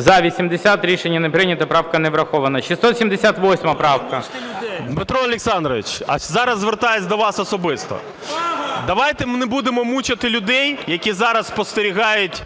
За-80 Рішення не прийнято. Правка не врахована. 678 правка. 10:56:54 ІВЧЕНКО В.Є. Дмитро Олександрович, зараз звертаюся до вас особисто. Давайте ми не будемо мучити людей, які зараз спостерігають